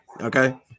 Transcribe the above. Okay